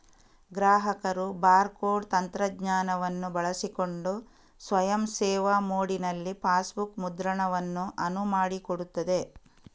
ಗ್ರಾಹಕರು bar code ತಂತ್ರಜ್ಞಾನವನ್ನು ಬಳಸಿಕೊಂಡು ಸ್ವಯಂ ಸೇವಾ ಮೋಡಿನಲ್ಲಿ ಪಾಸ್ಬುಕ್ ಮುದ್ರಣವನ್ನು ಅನುವು ಮಾಡಿಕೊಡುತ್ತದೆ